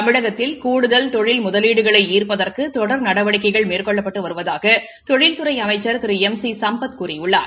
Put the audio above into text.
தமிழகத்தில் கூடுதல் தொழில் முதலீடுகளை ஈர்ப்பதற்கு தொடர் நடவடிக்கைகள் மேற்கொள்ளப்பட்டு வருவதாக தொழில்துறை அமைச்ச் திரு எம் சி சம்பத் கூறியுள்ளார்